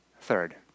Third